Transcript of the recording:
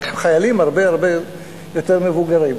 רק חיילים הרבה הרבה יותר מבוגרים.